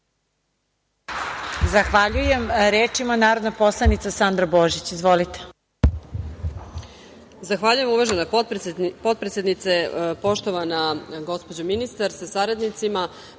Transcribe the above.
Zahvaljujem. Reč ima narodna poslanica, Sandra Božić. Izvolite.